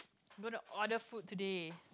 gonna order food today